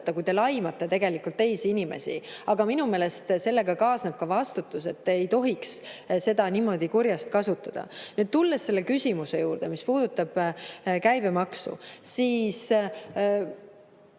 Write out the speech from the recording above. kui te laimate teisi inimesi. Aga minu meelest sellega kaasneb ka vastutus, ei tohiks seda niimoodi kurjasti kasutada. Nüüd, tulles selle küsimuse juurde, mis puudutab käibemaksu, siis